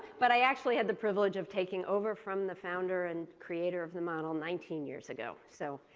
but i actually had the privilege of taking over from the founder and creator of the model nineteen years ago. so,